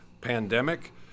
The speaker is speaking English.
pandemic